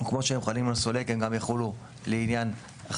וכמו שהם חלים על סולק הם גם יחולו לעניין החזקת